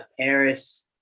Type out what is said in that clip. Paris